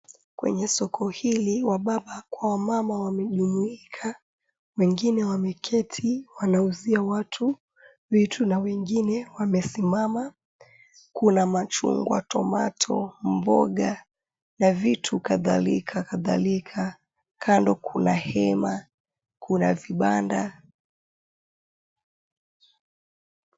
Kwenye soko hili wababa kwa wamama wamejumuika wengine wameketi wanauzia watu vitu na wengine wamesimama. Kuna machungwa, tomato , mboga na vitu kadhalika kadhalika. Kando kuna hema, kuna vibanda.